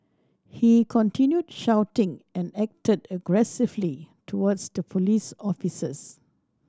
he continued shouting and acted aggressively towards the police officers